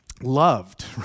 loved